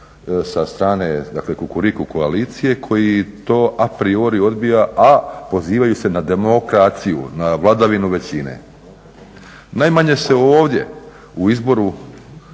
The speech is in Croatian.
sa strane dakle Kukuriku koalicije koji to apriori odbija a pozivaju su na demokraciju, na vladavinu većine. Najmanje se ovdje u izboru